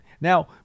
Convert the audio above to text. now